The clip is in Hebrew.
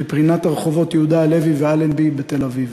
בפינת הרחובות יהודה הלוי ואלנבי בתל-אביב.